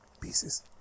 pieces